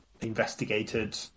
investigated